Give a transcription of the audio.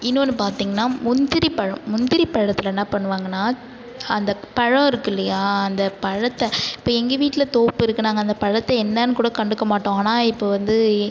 இன்னொன்று பாத்திங்கனா முந்திரி பழோம் முந்திரி பழத்தில் என்ன பண்ணுவாங்கன்னா அந்த பழோம் இருக்குல்லையா அந்த பழத்தை இப்போ எங்கள் வீட்டில் தோப்புருக்கு அந்த பழத்தை என்னான்னு கூட கண்டுக்க மாட்டோம் ஆனால் இப்போ வந்து